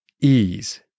ease